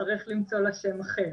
נצטרך למצוא לה שם אחר.